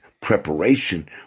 preparation